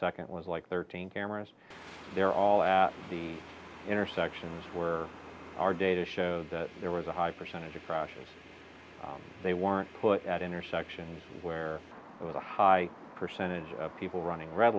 second was like thirteen cameras there all the intersections where our data showed that there was a high percentage of crashes they weren't put at intersections where with a high percentage of people running red